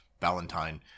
Valentine